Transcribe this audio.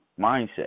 mindset